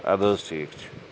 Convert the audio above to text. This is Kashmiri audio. اَدٕ حظ ٹھیٖک چھُ